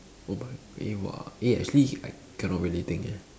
oh but eh !wah! eh actually I cannot really think eh